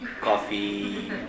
coffee